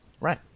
Right